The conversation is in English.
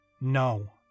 No